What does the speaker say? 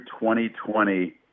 2020